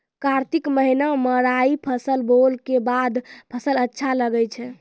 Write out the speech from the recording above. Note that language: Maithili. कार्तिक महीना मे राई फसल बोलऽ के बाद फसल अच्छा लगे छै